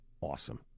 Awesome